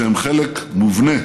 שהן חלק מובנה